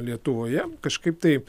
lietuvoje kažkaip taip